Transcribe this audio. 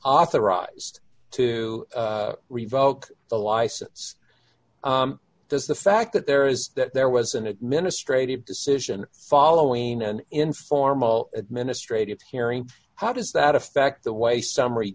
authorized to revoke the license does the fact that there is that there was an administrative decision following an informal administrative hearing how does that affect the way summary